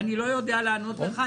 אני לא יודע לענות לך,